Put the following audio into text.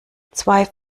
zwei